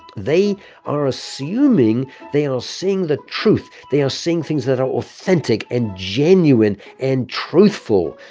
they are assuming they and are seeing the truth. they are seeing things that are authentic and genuine and truthful,